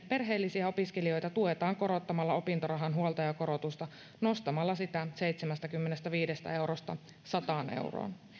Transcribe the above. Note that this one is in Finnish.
perheellisiä opiskelijoita tuetaan korottamalla opintorahan huoltajakorotusta nostamalla sitä seitsemästäkymmenestäviidestä eurosta sataan euroon